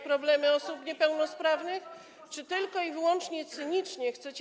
problemy osób niepełnosprawnych, czy tylko i wyłącznie chcecie cynicznie.